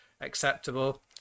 acceptable